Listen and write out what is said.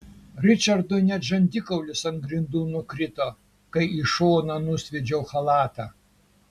ričardui net žandikaulis ant grindų nukrito kai į šoną nusviedžiau chalatą